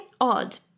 odd